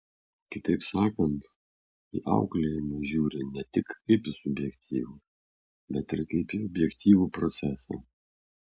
kitaip sakant į auklėjimą žiūri ne tik kaip į subjektyvų bet ir kaip į objektyvų procesą